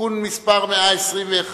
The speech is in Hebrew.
(תיקון מס' 121)